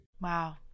Wow